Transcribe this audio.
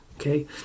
okay